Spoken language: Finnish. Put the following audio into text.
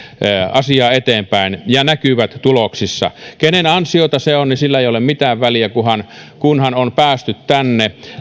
asiaa eteenpäin ja näkyvät tuloksissa kenen ansiota se on sillä ei ole mitään väliä kunhan kunhan on päästy tänne